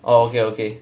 okay okay